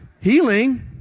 Healing